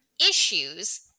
issues